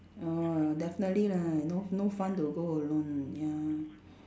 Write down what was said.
orh definitely lah no no fun to go alone ya